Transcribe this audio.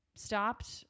stopped